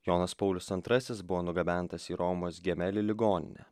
jonas paulius antrasis buvo nugabentas į romos gemeli ligoninę